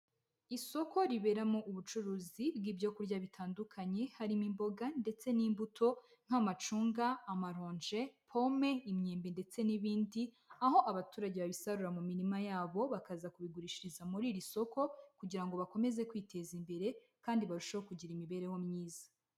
Isoko riberamo ubucuruzi bw'ibyo kurya bitandukanye, harimo imboga ndetse n'imbuto nk'amacunga, amaronje, pome, imyembe ndetse n'ibindi, aho abaturage babisarura mu mirima yabo bakaza kubigurishiriza muri iri soko kugira ngo bakomeze kwiteza imbere kandi barusheho kugira imibereho myiza.